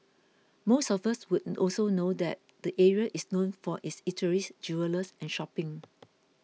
most of us would also know that the area is known for its eateries jewellers and shopping